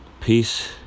Peace